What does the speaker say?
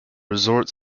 resort